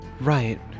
Right